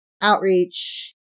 outreach